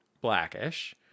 blackish